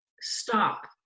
stop